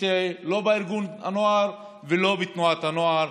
לא בארגון הנוער ולא בתנועת הנוער,